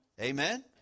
Amen